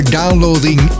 downloading